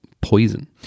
poison